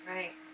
Right